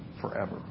forever